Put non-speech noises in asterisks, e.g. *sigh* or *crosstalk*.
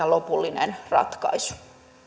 *unintelligible* lopullinen ratkaisu